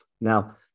Now